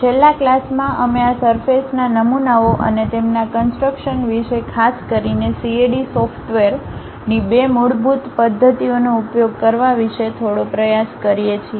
છેલ્લા ક્લાસમાં અમે આ સરફેસ ના નમૂનાઓ અને તેમના કન્સટ્રક્શન વિશે ખાસ કરીને CAD સોફ્ટવેર ની બે મૂળ પદ્ધતિઓનો ઉપયોગ કરવા વિશે થોડો પ્રયાસ કરીએ છીએ